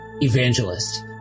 evangelist